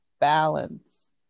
balance